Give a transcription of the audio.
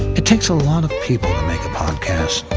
it takes a lot of people to make a podcast.